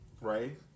right